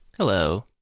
hello